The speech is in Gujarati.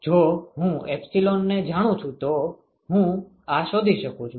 જો હું એપ્સીલોનને જાણું છું તો હું આ શોધી શકું છું